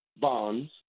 bonds